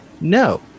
No